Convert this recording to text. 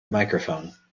microphone